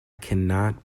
cannot